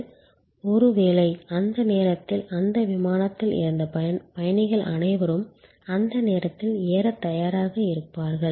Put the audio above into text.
11 ஒருவேளை அந்த நேரத்தில் அந்த விமானத்தில் இருந்த பயணிகள் அனைவரும் அந்த நேரத்தில் ஏறத் தயாராக இருப்பார்கள்